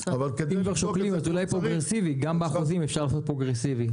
אם אתם כבר שוקלים אז אולי אפשר לעשות גם באחוזים פרוגרסיבי ,